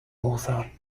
author